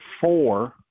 four